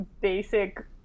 basic